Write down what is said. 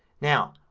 now,